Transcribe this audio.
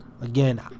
Again